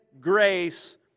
grace